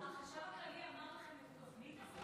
החשב הכללי אמר לכם את התוכנית הזאת?